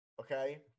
okay